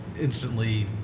instantly